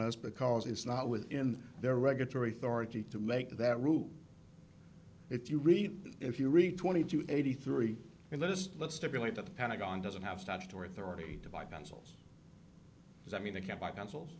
us because it's not within their regulatory authority to make that rule if you read if you read twenty two eighty three in the list let's stipulate that the pentagon doesn't have statutory authority to buy pencils does that mean they can't buy pencils